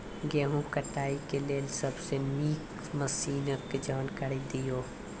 गेहूँ कटाई के लेल सबसे नीक मसीनऽक जानकारी दियो?